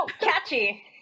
catchy